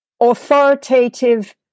authoritative